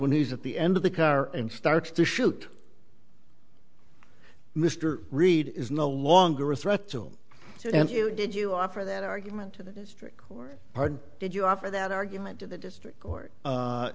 when he's at the end of the car and starts to shoot mr reed is no longer a threat to them and you did you offer that argument to the district court pardon did you offer that argument to the district court